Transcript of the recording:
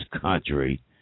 country